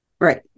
Right